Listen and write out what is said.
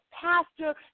pastor